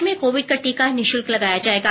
देश में कोविड का टीका निःशुल्क लगाया जायेगा